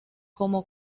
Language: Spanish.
como